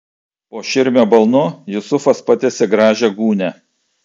po širmio balnu jusufas patiesė gražią gūnią